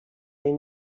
les